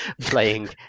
playing